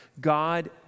God